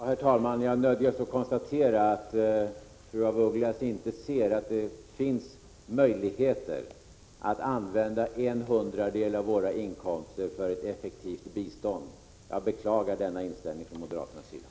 Herr talman! Jag nödgas då konstatera att fru af Ugglas inte ser att det finns möjligheter att använda en hundradel av Sveriges inkomster för ett effektivt bistånd. Jag beklagar denna inställning från moderaternas sida.